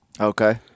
Okay